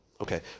okay